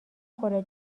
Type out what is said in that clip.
خوره